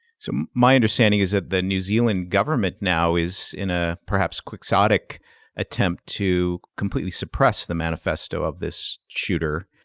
so my understanding is that the new zealand government now is in a perhaps quixotic attempt to completely suppress the manifesto of this shooter.